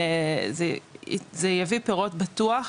זה יביא פירות בטוח,